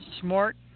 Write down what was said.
smart